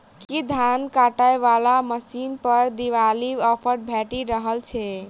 की धान काटय वला मशीन पर दिवाली ऑफर भेटि रहल छै?